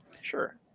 Sure